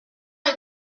est